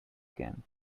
again